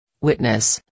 Witness